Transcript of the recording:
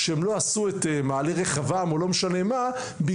שהם לא עשו את מעלה רחבעם או לא משנה מה בגללה.